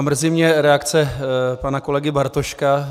Mrzí mě reakce pana kolegy Bartoška.